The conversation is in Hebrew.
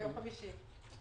ביום חמישי.